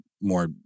more